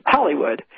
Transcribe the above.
Hollywood